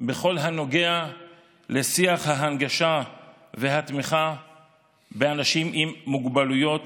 בכל הקשור לשיח ההנגשה והתמיכה באנשים עם מוגבלויות.